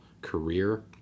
career